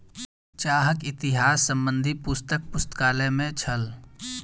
चाहक इतिहास संबंधी पुस्तक पुस्तकालय में छल